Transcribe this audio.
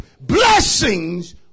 blessings